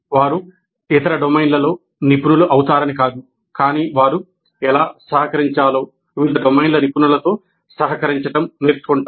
వారు ఇతర డొమైన్లలో నిపుణులు అవుతారని కాదు కానీ వారు ఎలా సహకరించాలో వివిధ డొమైన్ల నిపుణులతో సహకరించడం నేర్చుకుంటారు